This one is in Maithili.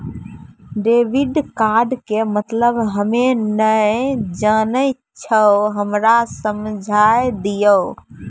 डेबिट कार्ड के मतलब हम्मे नैय जानै छौ हमरा समझाय दियौ?